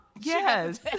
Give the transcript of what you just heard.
yes